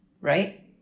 right